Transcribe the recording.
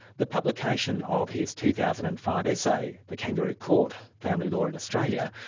the publication of his two thousand and five essay, the kangaroo court family law in australia,